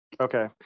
Okay